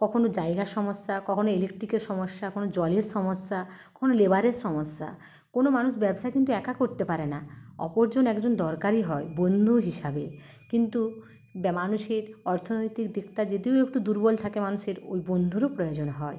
কখনো জায়গার সমস্যা কখনো ইলেকট্রিকের সমস্যা কখনো জলের সমস্যা কখনো লেবারের সমস্যা কোনো মানুষ ব্যবসা কিন্তু একা করতে পারে না অপরজন একজন দরকারই হয় বন্ধু হিসাবে কিন্তু মানুষের অর্থনৈতিক দিকটা যদিও একটু দুর্বল থাকে মানুষের ওই বন্ধুরও প্রয়োজন হয়